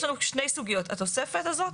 יש לנו שתי סוגיות: התוספת הזאת,